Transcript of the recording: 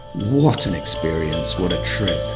what an experience, what a trip.